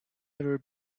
ever